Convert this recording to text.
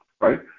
right